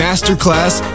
Masterclass